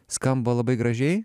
skamba labai gražiai